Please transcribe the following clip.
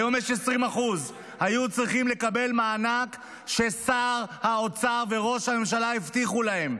היום יש 20%. היו צריכים לקבל מענק ששר האוצר וראש הממשלה הבטיחו להם.